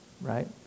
right